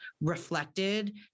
reflected